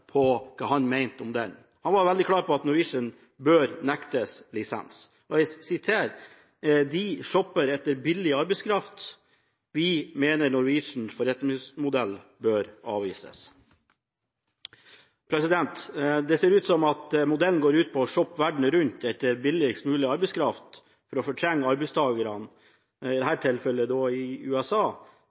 veldig klar på at Norwegian bør nektes lisens: «De shopper etter billig arbeidskraft. Vi mener Norwegians forretningsmodell bør avvises.» Det ser ut som om modellen går ut på å shoppe verden rundt etter billigst mulig arbeidskraft for å fortrenge arbeidstakerne, i dette tilfellet i USA, men vi ser også at det skjer i Europa og i